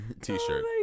T-shirt